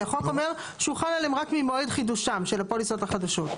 כי החוק אומר שהוא חל עליהן רק ממועד חידושן של הפוליסות הקיימות.